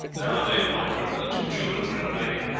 now dame margaret and the two children were in hiding,